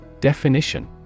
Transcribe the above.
Definition